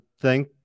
thank